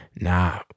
Nah